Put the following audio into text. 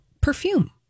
perfume